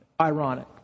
Ironic